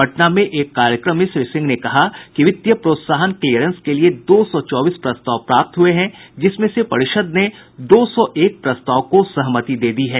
पटना में एक कार्यक्रम में श्री सिंह ने कहा कि वित्तीय प्रोत्साहन क्लियरेंस के लिए दो सौ चौबीस प्रस्ताव प्राप्त हुए हैं जिसमें से परिषद ने दो सौ एक प्रस्ताव को सहमति दे दी है